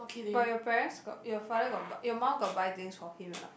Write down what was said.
but your parents got your father got bu~ your mum got buy things for him or not